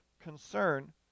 concern